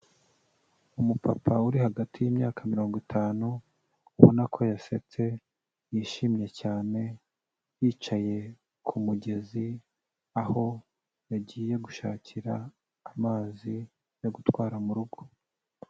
Umupapa uri hagati y'imyaka mirongo itanu ubona ko yasetse, yishimye cyane, yicaye ku mugezi aho yagiye gushakira amazi yo gutwara mu rugo.